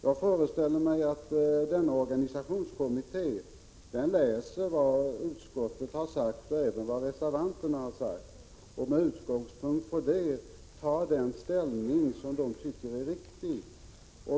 Jag föreställer mig att organisationskommittén kommer att läsa såväl vad utskottet har sagt som vad reservanterna har sagt och med utgångspunkt i detta ta den ställning som kommittén finner riktig.